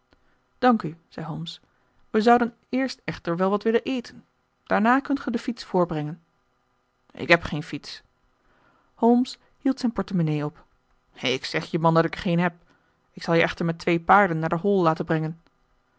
dank u zei holmes wij zouden eerst echter wel wat willen eten daarna kunt ge de fiets voorbrengen ik heb geen fiets holmes hield zijn portemonnaie op ik zeg je man dat ik er geen heb ik zal je echter met twee paarden naar de hall laten brengen